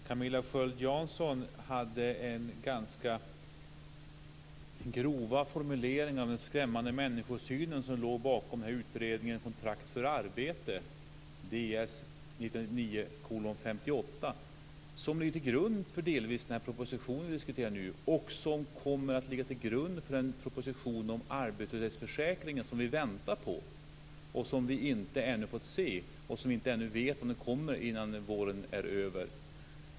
Camilla Sköld Jansson hade ganska grova formuleringar om den skrämmande människosyn som låg bakom utredningen Kontrakt för arbete - Rättvisa och tydliga regler i arbetslöshetsförsäkringen, Ds 1999:58, som ligger till grund för den proposition som vi nu diskuterar och som kommer att ligga till grund för den proposition om arbetslöshetsförsäkringen som vi väntar på, som vi ännu inte fått se och som vi inte vet om den kommer innan våren är över.